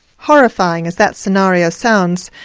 horrifying as that scenario sounds,